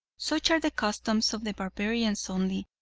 such are the customs of the barbarians only,